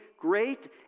great